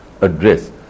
address